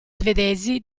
svedesi